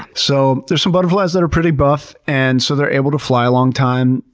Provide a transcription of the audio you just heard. so there's some butterflies that are pretty buff and so they're able to fly a long time,